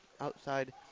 outside